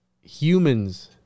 Humans